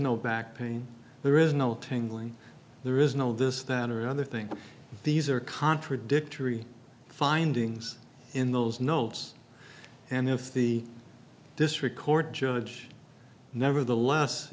no back pain there is no tangling there is no this that or other thing these are contradictory findings in those notes and if the district court judge never the less